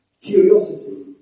Curiosity